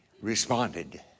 responded